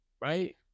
right